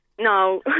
No